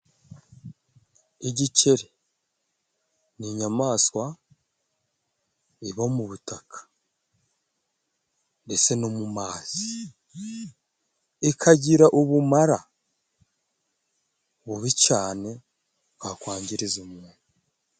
Igikeri ni inyamaswa iba mu butaka ndetse no mu mazi ikagira ubumara bubi cane bwakwangiriza umuntu.